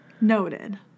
Noted